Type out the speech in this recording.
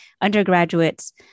undergraduates